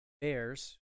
Bears